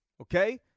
okay